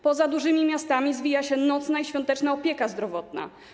Poza dużymi miastami zwija się nocna i świąteczna opieka zdrowotna.